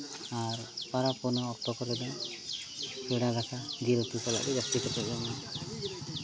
ᱟᱨ ᱯᱚᱨᱚᱵᱽ ᱯᱩᱱᱟᱹᱭ ᱚᱠᱛᱚ ᱠᱚᱨᱮ ᱫᱚ ᱯᱮᱲᱟ ᱫᱟᱠᱟ ᱡᱤᱞ ᱩᱛᱩ ᱠᱚᱛᱮ ᱜᱮ ᱡᱟᱹᱥᱛᱤ ᱠᱟᱛᱮᱫ ᱵᱚᱱ ᱡᱚᱢᱟ